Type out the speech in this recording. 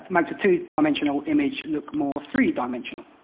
makes a two dimensional image look more three dimensional.